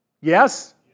Yes